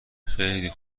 خیلی